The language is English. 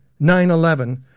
9-11